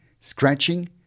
scratching